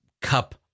cup